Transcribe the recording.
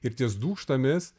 ir ties dūkštomis